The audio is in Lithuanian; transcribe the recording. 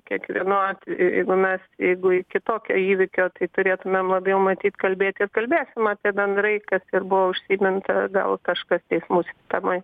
kiekvienu atveju jeigu mes jeigu iki tokio įvykio tai turėtumėm labiau matyt kalbėti ir kalbėsim apie bendrai kas ir buvo užsiminta gal kažkas teismų sistemoj